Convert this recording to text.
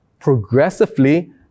Progressively